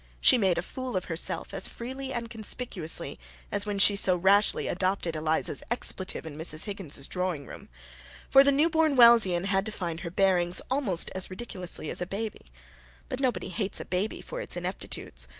she made a fool of herself as freely and conspicuously as when she so rashly adopted eliza's expletive in mrs. higgins's drawing-room for the new-born wellsian had to find her bearings almost as ridiculously as a baby but nobody hates a baby for its ineptitudes,